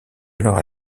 alors